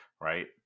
right